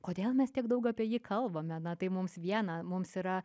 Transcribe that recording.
kodėl mes tiek daug apie jį kalbame na tai mums viena mums yra